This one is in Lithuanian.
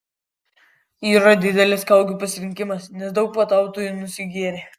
yra didelis kaukių pasirinkimas nes daug puotautojų nusigėrė